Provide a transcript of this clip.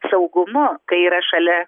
saugumu kai yra šalia